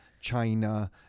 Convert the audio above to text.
China